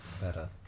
Better